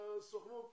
שהסוכנות,